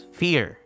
fear